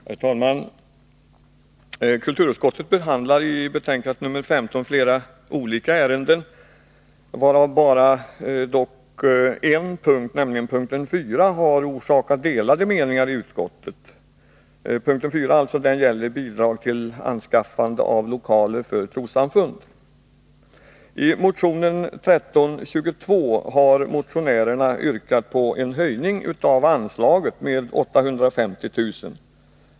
Herr talman! Kulturutskottet behandlar i sitt betänkande nr 15 flera olika ärenden, varav bara en punkt, nr 4, har förorsakat delade meningar i utskottet. Punkten 4 gäller bidrag till anskaffande av lokaler för trossamfund. I motion 1322 har yrkats på en höjning av anslaget med 850 000 kr.